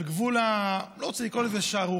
על גבול, לא רוצה לקרוא לזה שערורייה,